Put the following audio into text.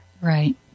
Right